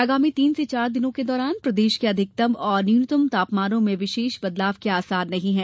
आगामी तीन से चार दिनों के दौरान प्रदेश के अधिकतम एवं न्यूनतम तापमानों में विशष बदलाव के आसार नहीं है